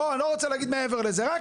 יש שאלה אחת שאומרת האם